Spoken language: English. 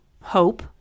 hope